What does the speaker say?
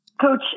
Coach